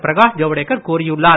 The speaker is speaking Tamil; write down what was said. பிரகாஷ் ஜவுடேகர் கூறியுள்ளார்